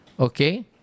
Okay